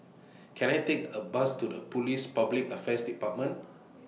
Can I Take A Bus to The Police Public Affairs department